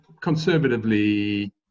conservatively